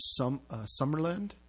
Summerland